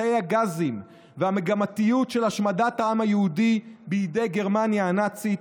תאי הגזים והמגמתיות של השמדת העם היהודי בידי גרמניה הנאצית,